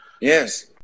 Yes